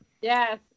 Yes